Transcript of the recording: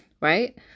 Right